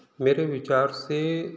मेरे विचार से